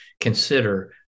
consider